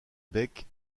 beck